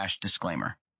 disclaimer